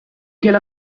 quelle